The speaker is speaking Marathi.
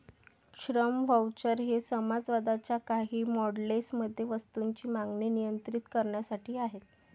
श्रम व्हाउचर हे समाजवादाच्या काही मॉडेल्स मध्ये वस्तूंची मागणी नियंत्रित करण्यासाठी आहेत